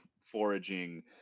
foraging